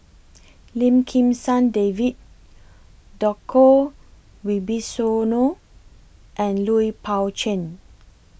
Lim Kim San David Djoko Wibisono and Lui Pao Chuen